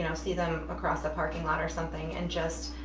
you know see them across the parking lot or something, and just